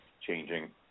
changing